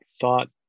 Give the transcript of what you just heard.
thought